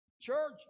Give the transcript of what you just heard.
Church